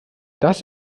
das